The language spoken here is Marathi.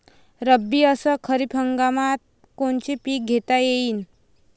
रब्बी अस खरीप हंगामात कोनचे पिकं घेता येईन?